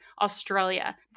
Australia